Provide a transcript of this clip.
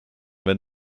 wenn